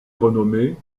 renommé